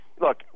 Look